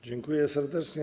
Dziękuję serdecznie.